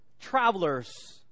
travelers